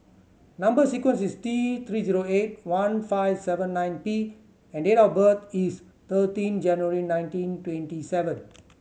number sequence is T Three zero eight one five seven nine P and date of birth is thirteen January nineteen twenty seven